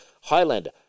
Highlander